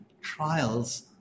trials